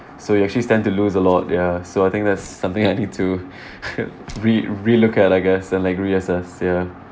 so you actually stand to lose a lot ya so I think that's something I need to re~ relook at I guess and like reassess ya